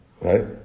right